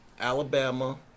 Alabama